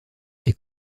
est